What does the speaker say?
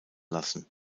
lassen